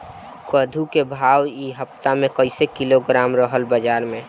कद्दू के भाव इ हफ्ता मे कइसे किलोग्राम रहल ह बाज़ार मे?